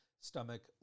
stomach